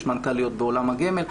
יש מנכ"ליות בעולם הגמל.